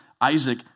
Isaac